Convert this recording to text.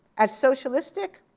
as socialistic,